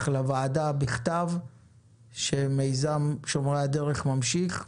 לוועדה בכתב שמיזם "שומרי הדרך" ממשיך,